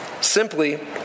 simply